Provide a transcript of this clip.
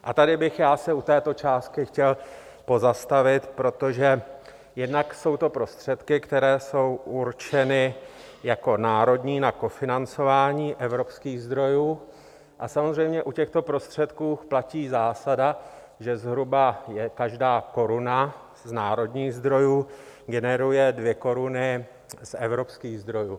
A tady bych se u této částky chtěl pozastavit, protože jednak jsou to prostředky, které jsou určeny jako národní na kofinancování evropských zdrojů, a samozřejmě u těchto prostředků platí zásada, že zhruba každá koruna z národních zdrojů generuje dvě koruny z evropských zdrojů.